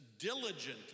diligently